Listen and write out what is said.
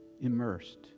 immersed